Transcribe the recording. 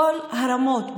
בכל הרמות,